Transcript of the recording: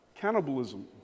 cannibalism